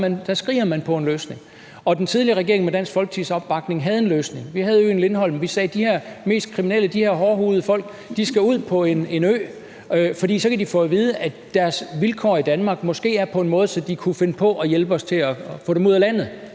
byer skriger man på en løsning. Den tidligere regering havde med Dansk Folkepartis opbakning en løsning. Vi havde øen Lindholm. Vi sagde, at de her mest kriminelle, de her hårdkogte folk, skal ud på en ø, for så kan de få at vide, at deres vilkår i Danmark måske er på en sådan måde, at de kunne finde på at hjælpe os med at komme ud af landet.